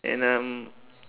and um